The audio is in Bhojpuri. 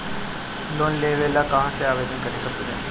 लोन लेवे ला कहाँ आवेदन करे के चाही?